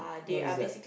what is that